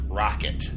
rocket